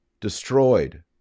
destroyed